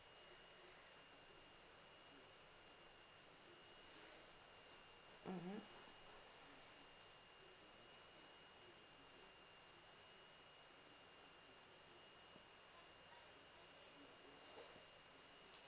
mmhmm